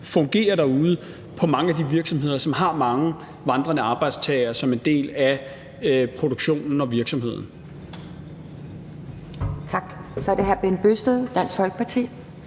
fungerer derude på mange af de virksomheder, som har mange vandrende arbejdstagere som en del af produktionen og virksomheden.